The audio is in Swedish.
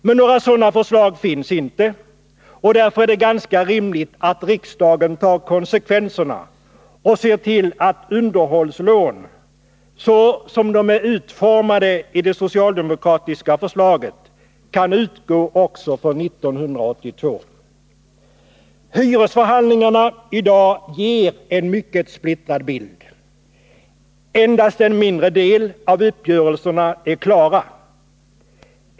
Men något sådant förslag finns inte, och därför är det ganska rimligt att riksdagen tar konsekvenserna och ser till att underhållslån, så som de är utformade i det socialdemokratiska förslaget, kan utgå också för 1982. Hyresförhandlingarna i dag ger en mycket splittrad bild. Endast en mindre del av uppgörelserna är klara.